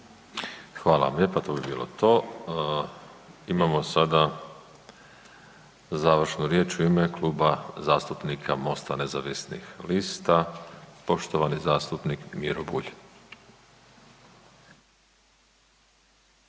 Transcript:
Hvala. Imamo sada završnu riječ u ime Kluba zastupnika MOST-a nezavisnih lista, poštovani zastupnik Miro Bulj.